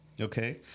okay